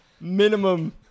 minimum